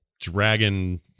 dragon